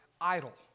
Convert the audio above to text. idol